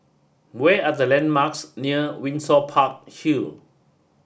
way are the landmarks near Windsor Park Hill